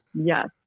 Yes